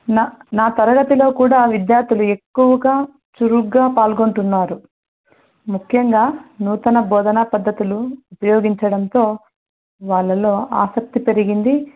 నా నా తరగతిలో కూడా విద్యార్థులు ఎక్కువగా చురుకుగా పాల్గొంటున్నారు ముఖ్యంగా నూతన బోధన పద్ధతులు ఉపయోగించడంతో వాళ్లలో ఆసక్తి పెరిగింది